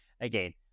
again